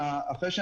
תו איכות RIA,